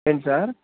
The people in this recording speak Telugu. ఏం సార్